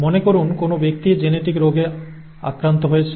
মনে করুন কোনও ব্যক্তি জেনেটিক রোগে আক্রান্ত হয়েছে